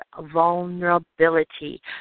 vulnerability